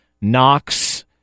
Knox